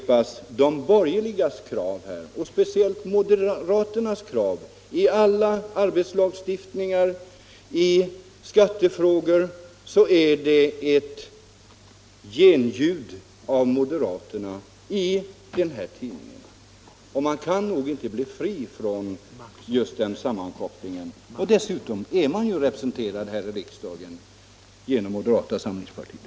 Vad den tidningen skriver i frågor som rör arbetslagstiftningen och skattepolitiken är ett genljud av moderaternas krav i riksdagen. Moderaterna kan därför inte bli fria från den sammankopplingen, och dessutom är Arbetsgivareföreningen representerad här i riksdagen genom moderata samlingspartiet.